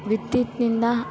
ವಿದ್ಯುತ್ತಿನಿಂದ